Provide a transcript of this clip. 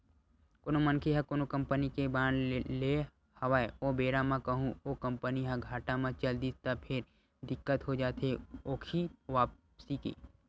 कोनो मनखे ह कोनो कंपनी के बांड लेय हवय ओ बेरा म कहूँ ओ कंपनी ह घाटा म चल दिस त फेर दिक्कत हो जाथे ओखी वापसी के